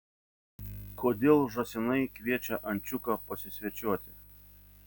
kodėl žąsinai kviečia ančiuką pasisvečiuoti